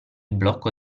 blocco